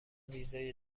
ویزای